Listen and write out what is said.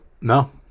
No